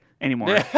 anymore